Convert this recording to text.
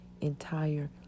entire